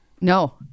No